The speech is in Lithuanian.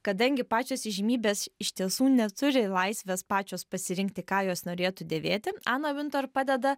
kadangi pačios įžymybės iš tiesų neturi laisvės pačios pasirinkti ką jos norėtų dėvėti ana vintor padeda